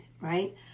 right